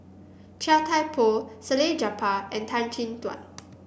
Chia Thye Poh Salleh Japar and Tan Chin Tuan